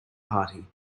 party